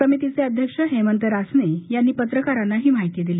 समितीचे अध्यक्ष हेमंत रासने यांनी पत्रकारांना ही माहिती दिली